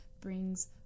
brings